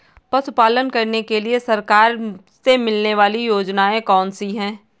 पशु पालन करने के लिए सरकार से मिलने वाली योजनाएँ कौन कौन सी हैं?